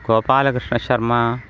Gopalakrishnasharma